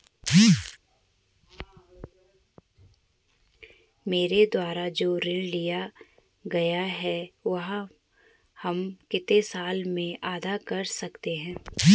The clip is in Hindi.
मेरे द्वारा जो ऋण लिया गया है वह हम कितने साल में अदा कर सकते हैं?